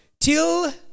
till